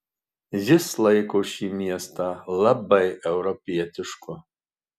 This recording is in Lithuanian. jis laiko šį miestą labai europietišku